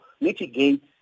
mitigate